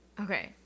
Okay